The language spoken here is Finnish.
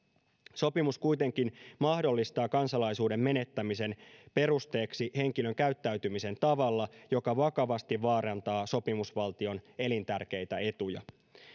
sopimus kuitenkin mahdollistaa kansalaisuuden menettämisen perusteeksi henkilön käyttäytymisen tavalla joka vakavasti vaarantaa sopimusvaltion elintärkeitä etuja